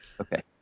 Okay